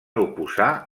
oposar